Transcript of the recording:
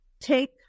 take